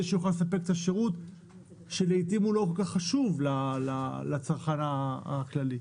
שיוכל לספק שירות שלעיתים לא כל כך חשוב לצרכן הכללי.